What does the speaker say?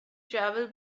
travel